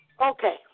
Okay